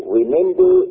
remember